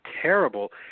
terrible